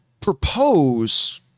propose